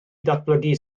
datblygu